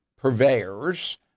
purveyors